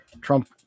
Trump